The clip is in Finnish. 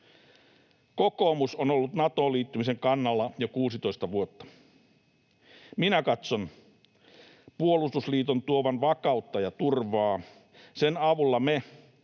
Kokoomus on ollut Natoon liittymisen kannalla jo 16 vuotta. Minä katson puolustusliiton tuovan vakautta ja turvaa. Sen avulla me,